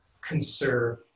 conserve